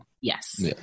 Yes